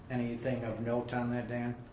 and anything of note on that, dan?